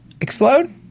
explode